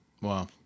Wow